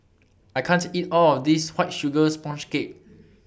I can't eat All of This White Sugar Sponge Cake